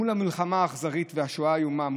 מול המלחמה האכזרית והשואה האיומה,